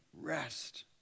rest